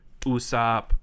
Usopp